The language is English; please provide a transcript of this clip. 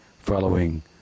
following